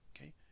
okay